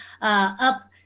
up